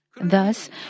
Thus